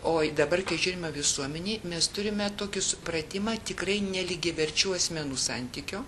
oi dabar žiūrime visuomenei mes turime tokį supratimą tikrai nelygiaverčių asmenų santykio